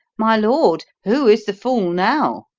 my lord! who is the fool now!